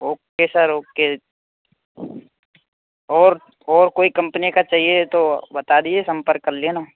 okay sir okay और और कोई कम्पनी का चाहिए तो बता दीजिए संपर्क कर लेना